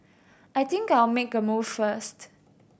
I think I'll make a move first